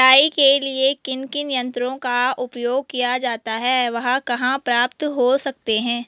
निराई के लिए किन किन यंत्रों का उपयोग किया जाता है वह कहाँ प्राप्त हो सकते हैं?